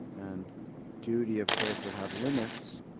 and duty of course would have limits.